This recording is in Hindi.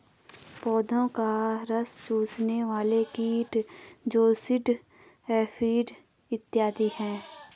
पौधों का रस चूसने वाले कीट जैसिड, एफिड इत्यादि हैं